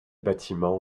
bâtiments